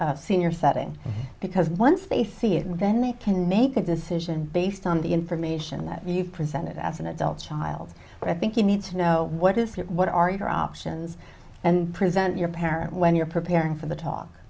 senior setting because once they see it and then they can make a decision based on the information that you've presented as an adult child i think you need to know what is your what are your options and present your parent when you're preparing for the